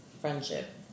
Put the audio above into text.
friendship